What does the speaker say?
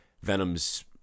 Venom's